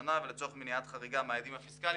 השנה ולצורך מניעת חריגה מהיעדים הפיסקליים.